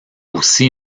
aussi